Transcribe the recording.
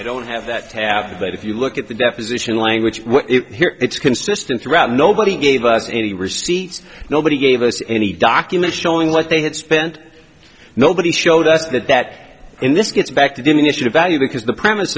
i don't have to have that if you look at the deposition language here it's consistent throughout nobody gave us any receipts nobody gave us any documents showing what they had spent nobody showed us that that in this gets back to diminish the value because the